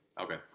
Okay